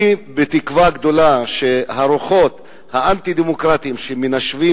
אני בתקווה גדולה שהרוחות האנטי-דמוקרטיות שמנשבות